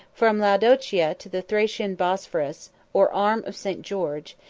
from laodicea to the thracian bosphorus, or arm of st. george,